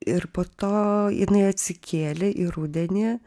ir po to jinai atsikėlė į rudenį